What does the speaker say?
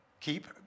Keep